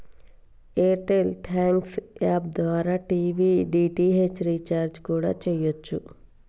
air tell thanks app ద్వారా TV DTH recharge కూడా చెయ్యచ్చు